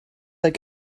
that